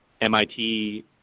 MIT